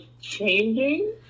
changing